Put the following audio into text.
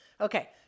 Okay